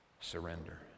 surrender